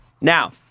Now